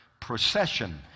procession